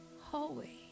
hallway